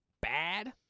bad